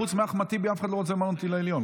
חוץ מאחמד טיבי אף אחד לא רוצה למנות אותי לעליון.